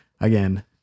again